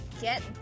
get